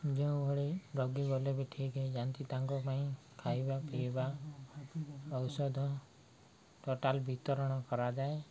ଯେଉଁଭଳି ରୋଗୀ ଗଲେ ବି ଠିକ୍ ହେଇଯାଆନ୍ତି ତାଙ୍କ ପାଇଁ ଖାଇବା ପିଇବା ଔଷଧ ଟୋଟାଲ୍ ବିତରଣ କରାଯାଏ